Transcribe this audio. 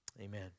Amen